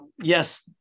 Yes